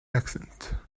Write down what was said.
accent